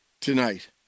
tonight